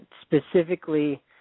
Specifically